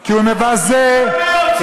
כי הוא מבזה, להוציא אותי.